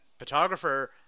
photographer